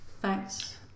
Thanks